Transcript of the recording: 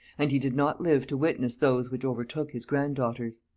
and he did not live to witness those which overtook his grand-daughters.